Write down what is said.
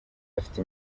bafite